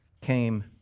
came